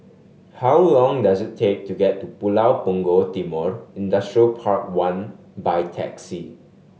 how long does it take to get to Pulau Punggol Timor Industrial Park One by taxi